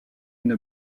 une